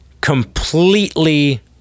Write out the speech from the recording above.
completely